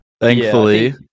Thankfully